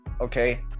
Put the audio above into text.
okay